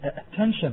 attention